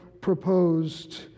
proposed